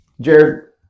Jared